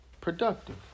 productive